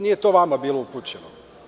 Nije to vama bilo upućeno.